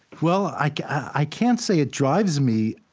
well, i can't say it drives me.